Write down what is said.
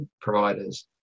providers